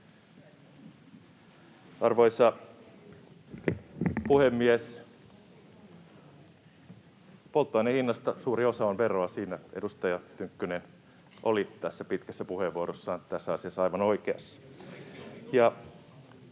Arvoisa puhemies! Polttoaineen hinnasta suurin osa on veroa, siinä edustaja Tynkkynen oli tässä pitkässä puheenvuorossaan tässä asiassa aivan oikeassa.